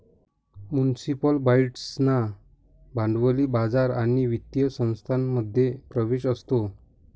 municipal बाँड्सना भांडवली बाजार आणि वित्तीय संस्थांमध्ये प्रवेश असतो